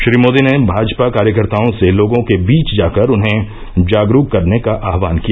श्री मोदी ने भाजपा कार्यकर्ताओं से लोगों के बीच जाकर उन्हें जागरूक करने का आह्वान किया